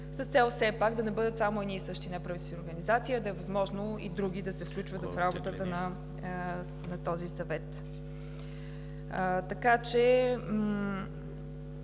с цел все пак да не бъдат само едни и същи неправителствени организации, а да е възможно и други да се включват в работата на този съвет. Надявам